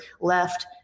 left